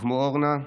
כמו אורנה,